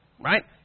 right